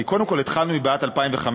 כי קודם כול התחלנו עם בעיית 15',